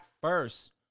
first